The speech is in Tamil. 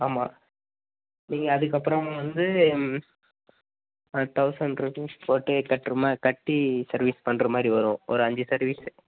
ஆமாம் நீங்கள் அதுக்கப்புறம் வந்து தௌசண்ட் ருப்பீஸ் போட்டு கட்டுற மாதிரி கட்டி சர்வீஸ் பண்ணுற மாதிரி வரும் ஒரு அஞ்சு சர்வீஸு